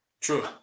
True